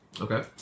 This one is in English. Okay